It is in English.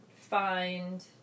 find